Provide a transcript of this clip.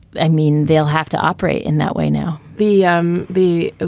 i mean, they'll have to operate in that way now the um the. ah